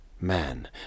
Man